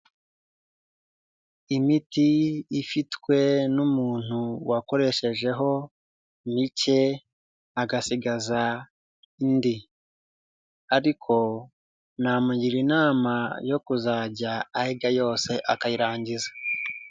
Imiti ifitwe n'umuntu wakoreshejeho mike agasigaza indi ariko namugira inama yo kuzajya ayirya yose akayirangiza.